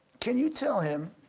can you tell him.